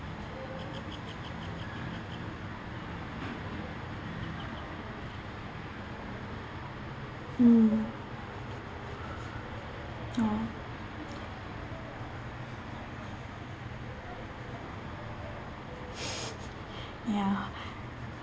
mm orh ya